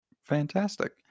Fantastic